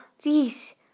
Jeez